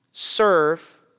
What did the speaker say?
Serve